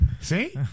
See